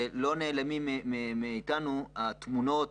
ולא נעלמות מאיתנו התמונות